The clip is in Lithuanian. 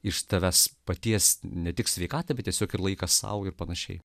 iš tavęs paties ne tik sveikata bet tiesiog ir laiką sau ir pan